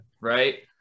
right